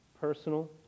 personal